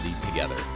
together